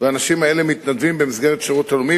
והאנשים האלה מתנדבים במסגרת השירות הלאומי,